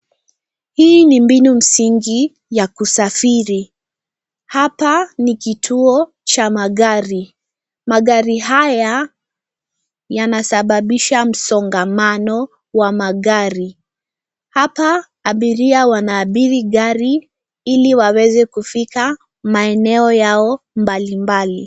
Hii ni mbinu msingi ya kusafiri mjini. Hapa kuna kituo cha mabasi ambapo magari mengi yanakusanyika na kusababisha msongamano wa magari. Abiria wanapanga safari zao na kupanda mabasi ili wafike katika maeneo mbalimbali wanayotaka kwenda. Kituo hiki ni muhimu katika usafiri wa umma na huunganisha sehemu tofauti za mji kwa urahisi.